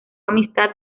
amistad